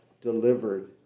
delivered